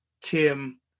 Kim